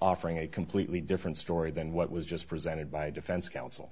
offering a completely different story than what was just presented by defense counsel